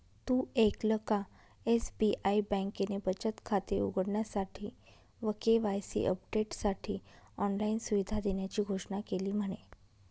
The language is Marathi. तु ऐकल का? एस.बी.आई बँकेने बचत खाते उघडण्यासाठी व के.वाई.सी अपडेटसाठी ऑनलाइन सुविधा देण्याची घोषणा केली म्हने